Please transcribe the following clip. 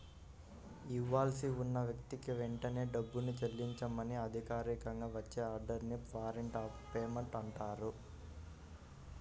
ఇవ్వాల్సి ఉన్న వ్యక్తికి వెంటనే డబ్బుని చెల్లించమని అధికారికంగా వచ్చే ఆర్డర్ ని వారెంట్ ఆఫ్ పేమెంట్ అంటారు